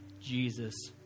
jesus